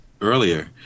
earlier